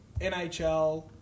NHL